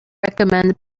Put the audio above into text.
recommend